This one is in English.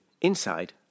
inside